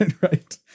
right